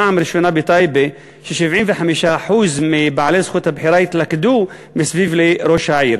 פעם ראשונה בטייבה ש-75% מבעלי זכות הבחירה התלכדו סביב ראש העיר,